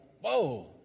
whoa